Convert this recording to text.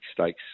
Stakes